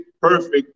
perfect